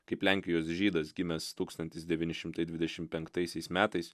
kaip lenkijos žydas gimęs tūkstantis devyni šimtai dvidešim penktaisiais metais